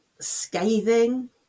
scathing